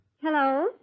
Hello